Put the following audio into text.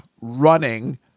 running